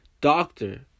Doctor